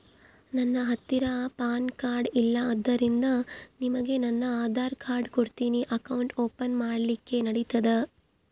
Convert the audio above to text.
ನನ್ನ ಹತ್ತಿರ PAN card ಇಲ್ಲ ಆದ್ದರಿಂದ ನಿಮಗೆ ನನ್ನ ಆಧಾರ್ ಕಾರ್ಡ್ ಕೊಡ್ತೇನಿ ಅಕೌಂಟ್ ಓಪನ್ ಮಾಡ್ಲಿಕ್ಕೆ ನಡಿತದಾ?